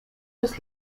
just